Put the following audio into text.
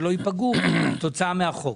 שלא ייפגעו כתוצאה מהחוק.